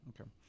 Okay